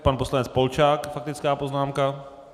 Pan poslanec Polčák faktická poznámka.